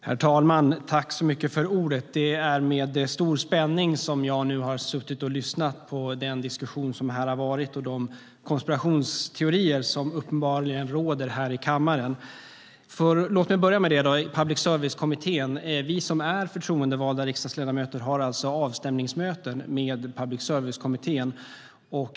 Herr talman! Det är med stor spänning som jag nu har suttit och lyssnat på den diskussion som här har varit och de konspirationsteorier som uppenbarligen råder här i kammaren. Låt mig börja med Public service-kommittén. Vi som är förtroendevalda riksdagsledamöter har avstämningsmöten med Public service-kommittén.